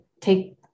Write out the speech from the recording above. take